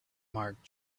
mark